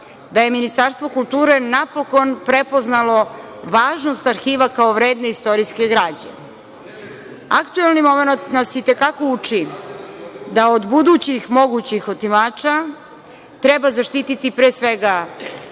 da je Ministarstvo kulture napokon prepoznalo važnost arhiva kao vredne istorijske građe. Aktuelni momenat nas i te kako uči da od budućih mogućih otimača treba zaštititi pre svega